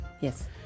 Yes